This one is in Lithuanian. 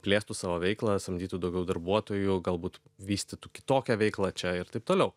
plėstų savo veiklą samdytų daugiau darbuotojų galbūt vystytų kitokią veiklą čia ir taip toliau